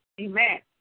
Amen